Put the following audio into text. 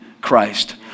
Christ